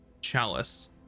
chalice